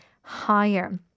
higher